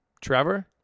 Trevor